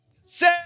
say